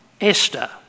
Esther